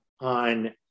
on